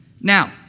Now